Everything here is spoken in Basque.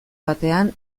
batean